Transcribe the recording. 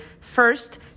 first